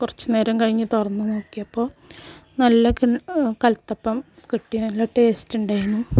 കുറച്ച് നേരം കഴിഞ്ഞ് തുറന്നു നോക്കിയപ്പോൾ നല്ല കി കലത്തപ്പം കിട്ടി നല്ല ടേസ്റ്റ് ഉണ്ടായിരുന്നു